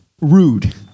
rude